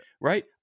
right